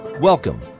Welcome